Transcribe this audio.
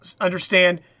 understand